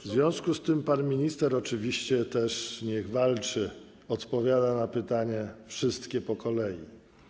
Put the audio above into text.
W związku z tym pan minister oczywiście też niech walczy, odpowiada na wszystkie pytania po kolei.